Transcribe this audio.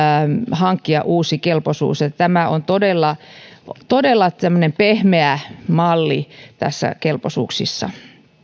hankkia uusi kelpoisuus joten tämä on todella todella tämmöinen pehmeä malli näissä kelpoisuuksissa